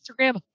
Instagram